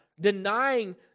denying